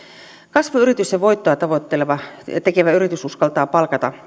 kasvuyritys ja voittoa tavoitteleva ja ja tekevä yritys uskaltaa palkata